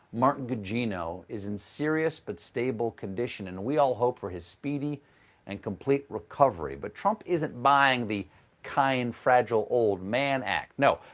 martin gugino, is in serious but stable condition. and we all hope for his speedy and complete recovery. but trump isn't buying the kind, fragile old man act, no,